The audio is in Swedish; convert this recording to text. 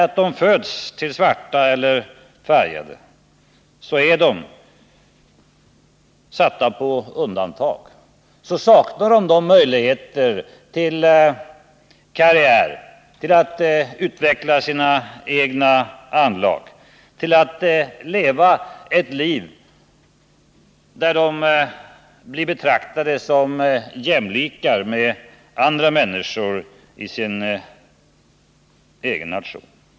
Föds de till svarta eller färgade är de satta på undantag och saknar möjlighet till att göra karriär, till att utveckla sina egna anlag och till att bli betraktade som jämlikar i förhållande till andra människor i sin egen nation.